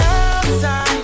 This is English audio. outside